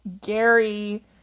Gary